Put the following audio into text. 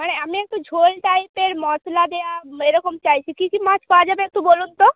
মানে আমি একটু ঝোল টাইপের মশলা দেওয়া এরকম চাইছি কি কি মাছ পাওয়া যাবে একটু বলুন তো